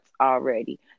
already